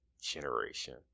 generation